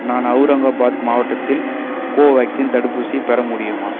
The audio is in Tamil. நான் அவுரங்காபாத் மாவட்டத்தில் கோவேக்சின் தடுப்பூசி பெற முடியுமா